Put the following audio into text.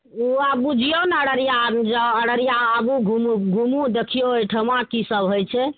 ओ आब बुझियौ ने अररिया अररिया आबु घुम घुमु देखियौ एहिठमाँ की सब होइत छै